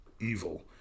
evil